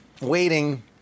waiting